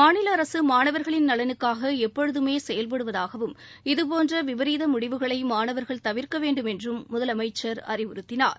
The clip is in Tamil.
மாநில அரசு மாணவர்களின் நலனுக்காக எப்பொழுதமே செயல்படுவதாகவும் இதபோன்ற விபரீத முடிவுகளை மாணவர்கள் தவிர்க்க வேண்டும் என்றும் முதலமைச்சர் அறிவுறுத்தினார்